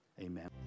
Amen